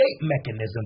mechanism